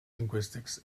linguistics